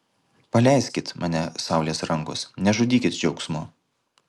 paleiskit mane saulės rankos nežudykit džiaugsmu